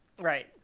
Right